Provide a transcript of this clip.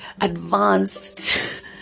advanced